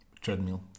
treadmill